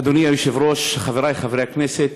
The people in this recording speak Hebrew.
אדוני היושב-ראש, חברי חברי הכנסת,